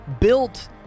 Built